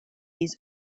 his